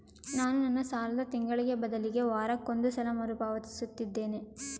ನಾನು ನನ್ನ ಸಾಲನ ತಿಂಗಳಿಗೆ ಬದಲಿಗೆ ವಾರಕ್ಕೊಂದು ಸಲ ಮರುಪಾವತಿಸುತ್ತಿದ್ದೇನೆ